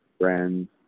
friends